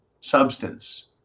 substance